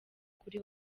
kuri